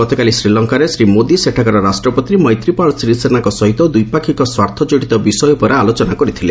ଗତକାଲି ଶ୍ରୀଲଙ୍କାରେ ଶ୍ରୀ ମୋଦି ସେଠାକାର ରାଷ୍ଟ୍ରପତି ମୈତ୍ରୀପାଳ ଶିରିସେନାଙ୍କ ସହ ଦ୍ୱିପାକ୍ଷିକ ସ୍ୱାର୍ଥକଡ଼ିତ ବିଷୟ ଉପରେ ଆଲୋଚନା କରିଥିଲେ